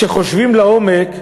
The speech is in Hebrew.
כשחושבים לעומק,